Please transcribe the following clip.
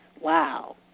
Wow